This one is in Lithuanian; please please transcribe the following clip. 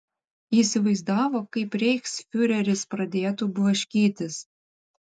įsivaizdavo kaip reichsfiureris pradėtų blaškytis